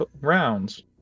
rounds